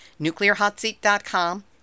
nuclearhotseat.com